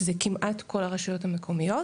שזה כמעט כל הרשויות המקומיות.